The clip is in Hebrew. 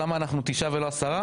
למה אנחנו תשעה ולא עשרה?